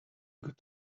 got